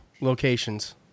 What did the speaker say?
locations